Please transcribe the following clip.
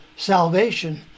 Salvation